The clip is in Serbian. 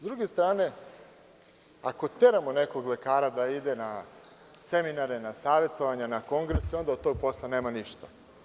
S druge strane, ako teramo nekog lekara da ide na seminare, na savetovanja, na kongrese, onda od tog posla nema ništa.